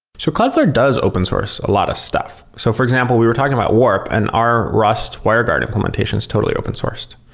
so cloudflare does open source a lot of stuff. so for example, we were talking about warp, and our rust wireguard implementation is totally open sourced.